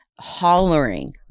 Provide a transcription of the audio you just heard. hollering